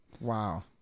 Wow